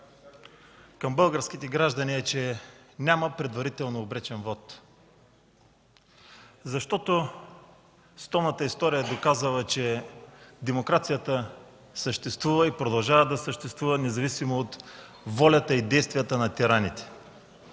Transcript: към българските граждани е, че няма предварително обречен вот. Защото световната история е доказала, че демокрацията съществува и продължава да съществува независимо от волята и действията на тираните.